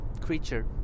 Creature